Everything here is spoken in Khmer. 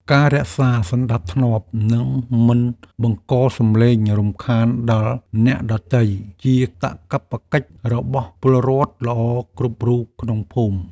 ការរក្សាសណ្តាប់ធ្នាប់និងមិនបង្កសំឡេងរំខានដល់អ្នកដទៃជាកាតព្វកិច្ចរបស់ពលរដ្ឋល្អគ្រប់រូបក្នុងភូមិ។